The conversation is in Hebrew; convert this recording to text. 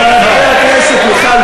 מה יהיה עם המספר של הביטוח הלאומי?